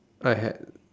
I had